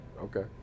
okay